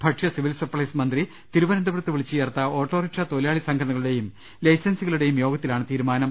ഭക്ഷ്യ civil supplies മന്ത്രി വിളിച്ചുചേർത്ത ഓട്ടോറിക്ഷ തൊഴിലാളി സംഘടനകളുടെയും ലൈസൻസികളുടെയും യോഗത്തിലാണ് തീരുമാനം